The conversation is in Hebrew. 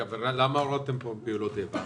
למה הורדתם פה "פעולות איבה"?